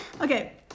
Okay